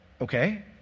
Okay